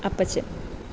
അപ്പച്ചൻ